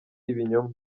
ibinyoma